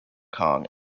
kong